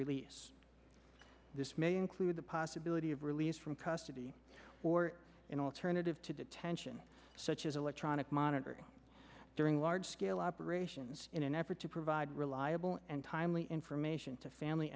release this may include the possibility of released from custody or an alternative to detention such as electronic monitoring during large scale operations in an effort to provide reliable and timely information to family